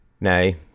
Nay